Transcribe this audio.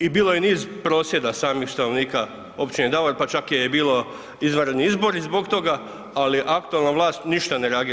I bilo je niz prosvjeda samih stanovnika Općine Davor pa čak je bilo izvanredni izbori zbog toga, ali aktualna vlast ništa ne reagira.